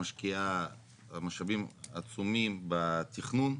משקיעה משאבים עצומים בתכנון.